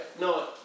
No